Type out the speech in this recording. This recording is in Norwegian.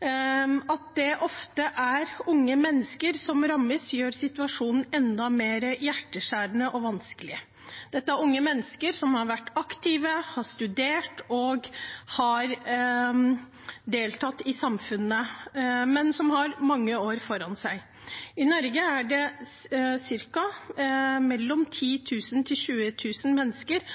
At det ofte er unge mennesker som rammes, gjør situasjonen enda mer hjerteskjærende og vanskelig. Dette er unge mennesker som har vært aktive, har studert og deltatt i samfunnet, men som har mange år foran seg. . I Norge er det mellom 10 000 og 20 000 mennesker